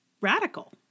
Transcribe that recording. radical